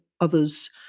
others